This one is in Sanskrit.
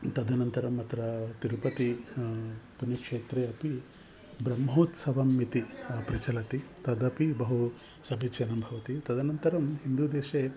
तदनन्तरम् अत्र तिरुपतिः पुण्यक्षेत्रे अपि ब्रह्मोत्सवः इति प्रचलति तदपि बहु समीचीनं भवति तदनन्तरं हिन्दुदेशे